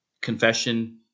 Confession